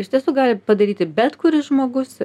iš tiesų gali padaryti bet kuris žmogus